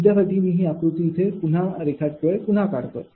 तुमच्यासाठी मी हे आकृती पुन्हा रेखाटतोय